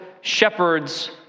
shepherds